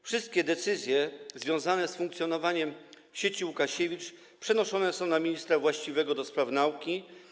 Wszystkie decyzje związane z funkcjonowaniem sieci Łukasiewicz przenoszone są na ministra właściwego do spraw nauki.